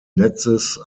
netzes